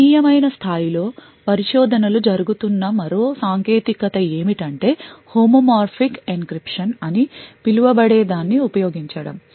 గణనీయమైన స్థాయిలో పరిశోధనలు జరుగుతున్న మరో సాంకేతికత ఏమిటంటే హోమోమార్ఫిక్ encryption అని పిలువబడేదాన్ని ఉపయోగించడం